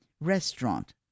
restaurant